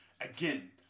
Again